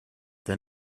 than